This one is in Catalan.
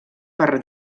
per